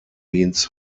means